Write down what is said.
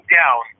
down